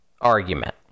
argument